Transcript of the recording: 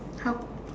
how